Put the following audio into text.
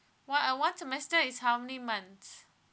one uh one semester is how many months